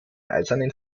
eisernen